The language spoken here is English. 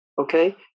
okay